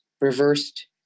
reversed